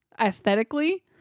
aesthetically